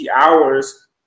hours